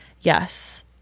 Yes